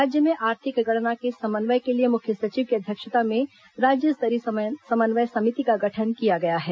राज्य में आर्थिक गणना के समन्वय के लिए मुख्य सचिव की अध्यक्षता में राज्य स्तरीय समन्वय समिति का गठन किया गया है